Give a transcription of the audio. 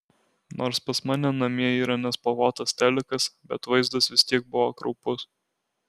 nors pas mane namie yra nespalvotas telikas bet vaizdas vis tiek buvo kraupus